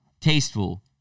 tasteful